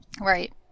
Right